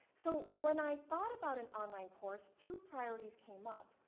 so when i thought about an online course, two priorities came up.